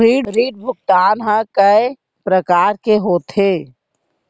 ऋण भुगतान ह कय प्रकार के होथे?